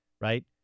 right